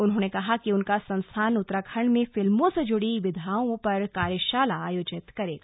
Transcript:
उन्होंने कहा कि उनका संस्थान उत्तराखंड में फिल्मों से जुड़ी विधाओं पर कार्यशाला आयोजित करेगा